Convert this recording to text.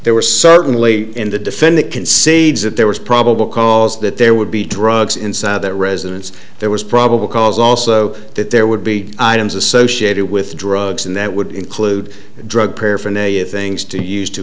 there were certainly in the defendant concedes that there was probable cause that there would be drugs inside that residence there was probable cause also that there would be items associated with drugs and that would include drug paraphernalia things to use to